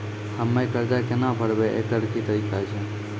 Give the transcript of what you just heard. हम्मय कर्जा केना भरबै, एकरऽ की तरीका छै?